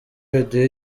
biduha